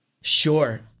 Sure